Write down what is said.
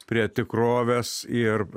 prie tikrovės ir